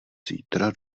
zítra